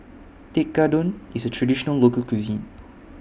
Tekkadon IS A Traditional Local Cuisine